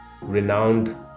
renowned